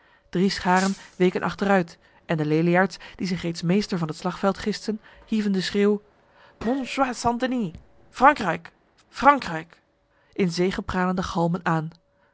drie scharen weken achteruit en de leliaards die zich reeds meester van het slagveld gisten hieven de schreeuw montjoie st denis frankrijk frankrijk in zegepralende galmen aan